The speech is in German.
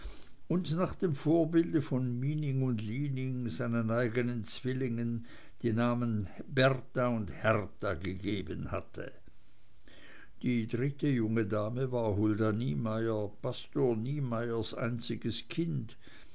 und nach dem vorbilde von mining und lining seinen eigenen zwillingen die namen bertha und hertha gegeben hatte die dritte junge dame war hulda niemeyer pastor niemeyers einziges kind